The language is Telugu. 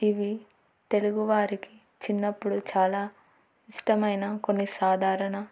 ఇవి తెలుగువారికి చిన్నప్పుడు చాలా ఇష్టమైన కొన్ని సాధారణ